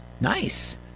Nice